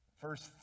First